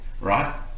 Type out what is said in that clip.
right